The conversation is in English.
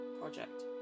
project